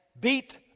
beat